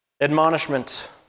Admonishment